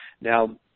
Now